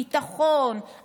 ביטחון,